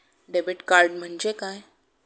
Debit card म्हणजे काय?